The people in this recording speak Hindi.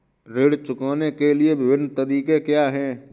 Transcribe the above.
ऋण चुकाने के विभिन्न तरीके क्या हैं?